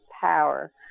power